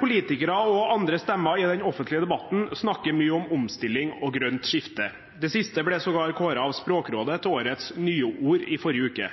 Politikere og andre stemmer i den offentlige debatten snakker mye om omstilling og et grønt skifte. Det siste ble sågar kåret til årets nyord av Språkrådet i forrige uke.